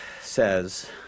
says